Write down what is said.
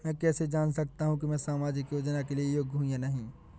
मैं कैसे जान सकता हूँ कि मैं सामाजिक योजना के लिए योग्य हूँ या नहीं?